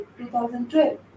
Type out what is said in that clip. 2012